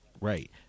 Right